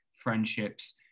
friendships